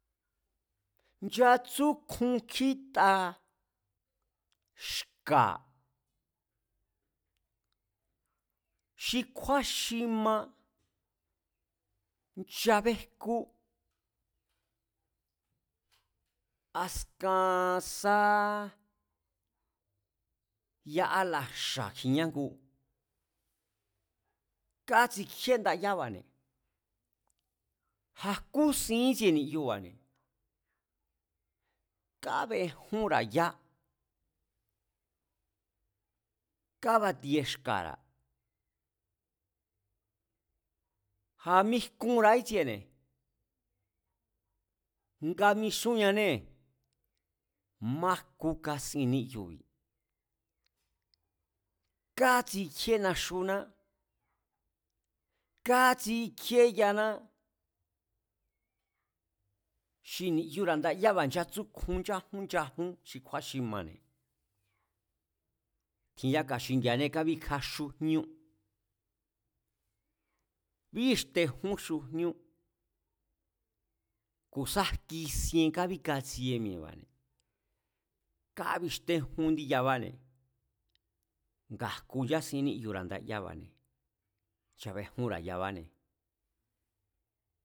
Nchatsúkjun kjíta xka̱, xi kjúán xi ma nchabéjkú, askan sá ya álaxa̱ kjiñá ngu, kátsikjíé ndayába̱ne̱. A̱ jkú sin ítsie ni̱yuba̱ne̱, kabejúnra̱ yá kabatie xka̱ra̱ a̱ mijkunra̱a ítsiene̱, nga mixúnñánée̱ májkú kásin níyubi̱ kátsikjíe naxuná, kátsikjíé yaná. Xi ni̱yura̱ ndayába̱ nchatsúkjun nchájún nchajún xi kjúán xi mane̱, tjin yáka xingi̱a̱ane kabíkja xújñú, bíxtejún xujñú, ku̱ sá jki sien kábíkatsie mi̱e̱ba̱ne̱, kábixtejún indí yabáne̱, nga jku nchasín níyura̱ ndayába̱ne̱ nchabejúnra̱ yabane̱